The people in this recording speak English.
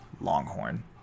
Longhorn